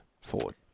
forward